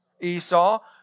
Esau